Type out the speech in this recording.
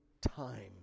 time